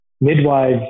midwives